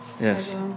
Yes